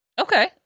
okay